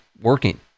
working